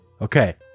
Okay